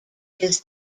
his